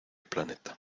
planeta